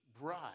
bride